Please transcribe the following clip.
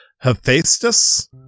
Hephaestus